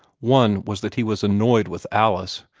one was that he was annoyed with alice,